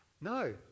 No